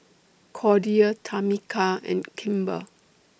Cordia Tamika and Kimber